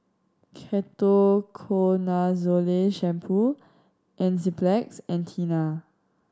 Ketoconazole Shampoo Enzyplex and Tena